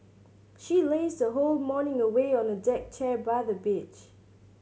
she lazed her whole morning away on a deck chair by the beach